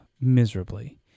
miserably